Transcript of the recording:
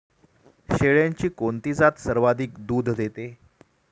शेळ्यांची कोणती जात सर्वाधिक दूध देते?